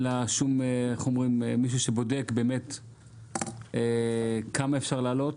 מישהו שבאמת בודק בכמה אפשר להעלות,